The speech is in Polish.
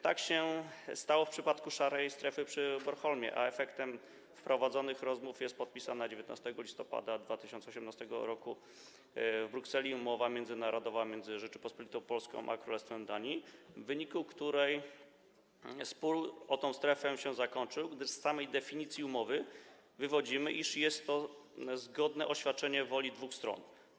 Tak się stało w przypadku szarej strefy przy Bornholmie, a efektem prowadzonych rozmów jest podpisana 19 listopada 2018 r. w Brukseli umowa międzynarodowa między Rzecząpospolitą Polską a Królestwem Danii, w wyniku której spór o tę strefę się zakończył, gdyż z samej definicji umowy wywodzimy, iż jest to zgodne oświadczenie woli dwóch stron.